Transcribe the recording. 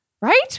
Right